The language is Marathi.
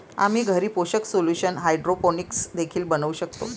आम्ही घरी पोषक सोल्यूशन हायड्रोपोनिक्स देखील बनवू शकतो